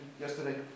yesterday